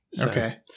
Okay